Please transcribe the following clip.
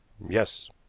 yes.